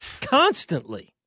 constantly